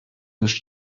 już